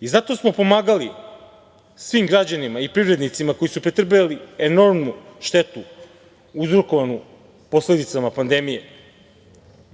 Zato smo pomagali svim građanima i privrednicima koji su pretrpeli enormnu štetu uzrokovanu posledicama pandemije. Podrška